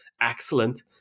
Excellent